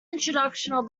introduction